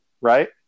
right